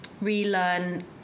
relearn